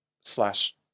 slash